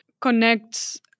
connects